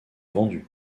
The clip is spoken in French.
vendu